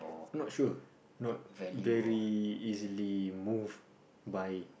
not sure